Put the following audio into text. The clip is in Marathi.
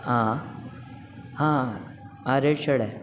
हां हां हां रेड शर्ट आय आहे